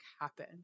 happen